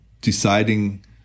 deciding